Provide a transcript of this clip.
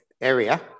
area